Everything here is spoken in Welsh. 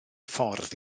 ffordd